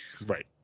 Right